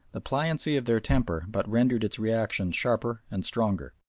the pliancy of their temper but rendered its reaction sharper and stronger.